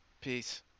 Peace